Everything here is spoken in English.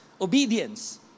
obedience